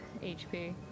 HP